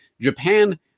Japan